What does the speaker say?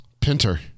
Pinter